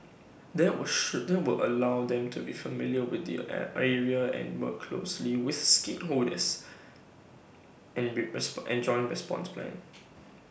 that will should that will allow them to be familiar with the area and work closely with stakeholders in response in joint response plans